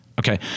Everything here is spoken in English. Okay